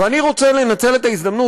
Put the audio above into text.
ואני רוצה לנצל את ההזדמנות,